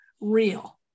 real